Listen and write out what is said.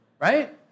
Right